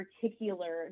particular